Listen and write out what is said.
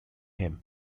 him